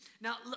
Now